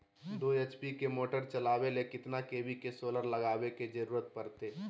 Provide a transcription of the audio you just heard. दो एच.पी के मोटर चलावे ले कितना के.वी के सोलर लगावे के जरूरत पड़ते?